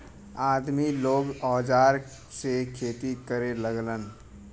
आदमी लोग औजार से खेती करे लगलन